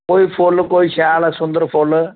कोई फुल्ल कोई शैल सुंदर फुल्ल